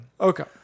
Okay